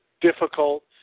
difficult